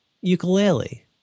ukulele